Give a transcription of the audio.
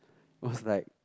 was like